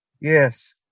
Yes